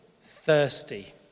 thirsty